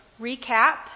recap